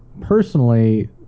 personally